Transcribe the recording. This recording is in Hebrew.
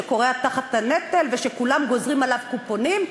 שכורע תחת הנטל ושכולם גוזרים עליו קופונים,